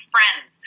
Friends